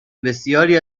بسیاری